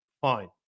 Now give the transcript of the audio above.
Fine